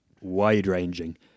wide-ranging